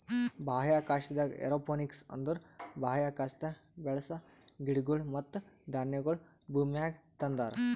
ಬಾಹ್ಯಾಕಾಶದಾಗ್ ಏರೋಪೋನಿಕ್ಸ್ ಅಂದುರ್ ಬಾಹ್ಯಾಕಾಶದಾಗ್ ಬೆಳಸ ಗಿಡಗೊಳ್ ಮತ್ತ ಧಾನ್ಯಗೊಳ್ ಭೂಮಿಮ್ಯಾಗ ತಂದಾರ್